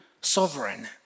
sovereign